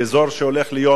באזור שהולך להיות